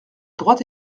droite